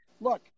look